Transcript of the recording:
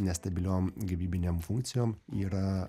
nestabiliom gyvybinėm funkcijom yra